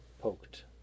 poked